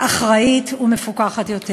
אחראית ומפוקחת יותר.